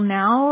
now